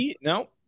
No